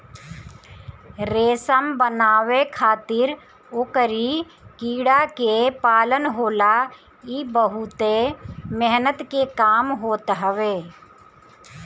रेशम बनावे खातिर ओकरी कीड़ा के पालन होला इ बहुते मेहनत के काम होत हवे